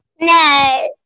no